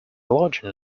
lodging